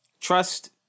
Trust